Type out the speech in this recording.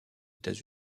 états